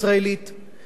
אם אנחנו רואים שסופר,